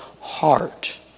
heart